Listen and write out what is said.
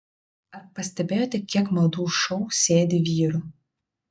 ar pastebėjote kiek madų šou sėdi vyrų